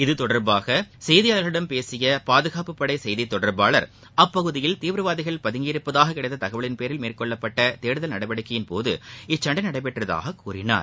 இது தொடர்பாக செய்தியாளர்களிடம் பேசிய பாதுகாப்பு படை செய்தி தொடர்பாளர் அப்பகுதியில் தீவிரவாதிகள் பதுங்கி இருப்பதாக கிளடத்த தகவலின் பேரில் மேற்னொள்ளப்பட்ட தேடுதல் நடவடிக்கையின் போது இச்சண்டை நடைபெற்றதாக கூறினார்